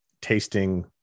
tasting